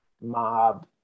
mob